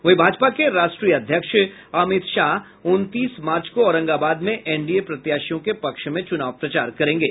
वहीं भाजपा के राष्ट्रीय अध्यक्ष अमित शाह उनतीस मार्च को औरंगाबाद में एनडीए प्रत्याशियों के पक्ष में चुनाव प्रचार करेंगे